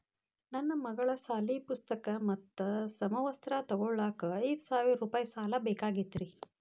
ನನ್ನ ಮಗಳ ಸಾಲಿ ಪುಸ್ತಕ್ ಮತ್ತ ಸಮವಸ್ತ್ರ ತೊಗೋಳಾಕ್ ಐದು ಸಾವಿರ ರೂಪಾಯಿ ಸಾಲ ಬೇಕಾಗೈತ್ರಿ